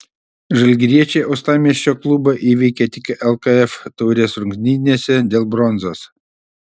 žalgiriečiai uostamiesčio klubą įveikė tik lkf taurės rungtynėse dėl bronzos